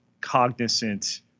cognizant